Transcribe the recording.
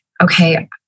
okay